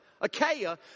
Achaia